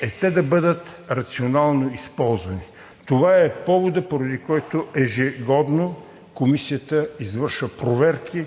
е те да бъдат рационално използвани. Това е поводът, поради който ежегодно Комисията извършва проверки.